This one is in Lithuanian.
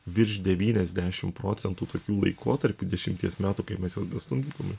virš devyniasdešim procentų tokių laikotarpių dešimties metų kaip mes juos bestumdytume